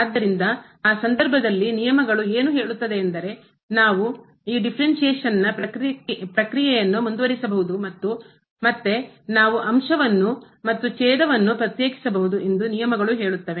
ಆದ್ದರಿಂದ ಆ ಸಂದರ್ಭದಲ್ಲಿ ನಿಯಮಗಳು ಏನು ಹೇಳುತ್ತದೆ ಎಂದರೆ ನಾವು ಈ ಡಿಫರೆನ್ಸ್ಶೇಷನ್ ನ ಪ್ರಕ್ರಿಯೆಯನ್ನು ಮುಂದುವರಿಸಬಹುದು ಮತ್ತು ಮತ್ತೆ ನಾವು ಅಂಶವನ್ನು Numerator ನ್ನು ಮತ್ತು ಛೇದವನ್ನು denominator ನ್ನು ಪ್ರತ್ಯೇಕಿಸಬಹುದು ಎಂದು ನಿಯಮಗಳು ಹೇಳುತ್ತವೆ